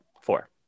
Four